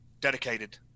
dedicated